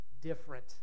different